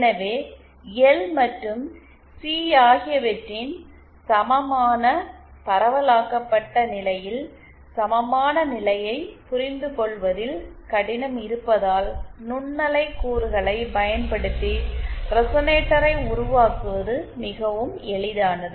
எனவே எல் மற்றும் சி ஆகியவற்றின் சமமான பரவலாக்கப்பட்ட நிலையில் சமமான நிலையை புரிந்து கொள்வதில் கடினம் இருப்பதால் நுண்ணலை கூறுகளைப் பயன்படுத்தி ரெசனேட்டரை உருவாக்குவது மிகவும் எளிதானது